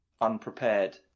unprepared